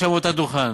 שם באותו דוכן.